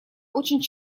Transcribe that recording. очень